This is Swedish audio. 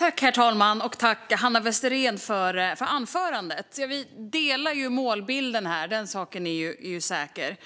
Herr talman! Tack, Hanna Westerén, för anförandet! Vi delar målbilden; den saken är säker.